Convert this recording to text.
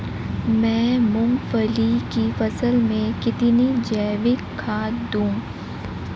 मैं मूंगफली की फसल में कितनी जैविक खाद दूं?